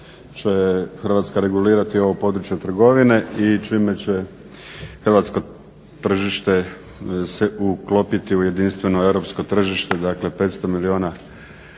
Hrvatska regulirati ovo područje trgovine i čime će hrvatsko tržište se uklopiti u jedinstveno europsko tržište, dakle 500 milijuna